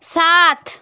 সাত